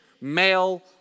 male